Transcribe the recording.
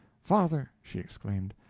father! she exclaimed,